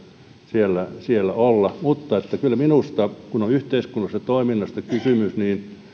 siellä olla kyllä minusta kun on yhteiskunnallisesta toiminnasta kysymys myöskin